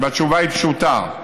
והתשובה היא פשוטה: